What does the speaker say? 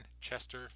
Chester